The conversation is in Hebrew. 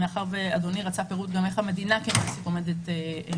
אדוני רצה פירוט איך המדינה כמעסיק עומדת.